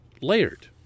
Layered